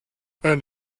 and